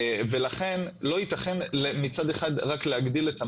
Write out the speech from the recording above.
ולכן לא יתכן מצד אחד רק להגדיל את המשימות,